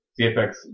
CFX